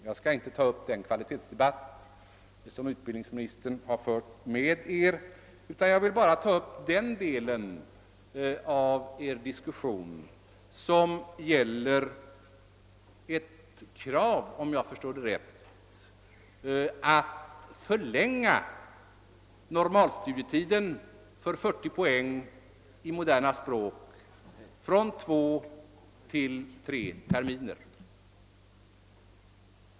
Jag skall inte ta upp den kvalitetsdebatt som utbildningsministern har fört med er utan jag vill bara ta upp den del av er diskussion som gäller kravet — om jag förstår det rätt — att förlänga normalstudietiden för 40 poäng i moderna språk från två till tre terminer.